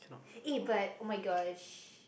eh but oh-my-gosh